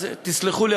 אז תסלחו לי,